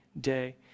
day